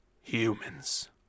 humans